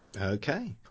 okay